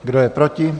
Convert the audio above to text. Kdo je proti?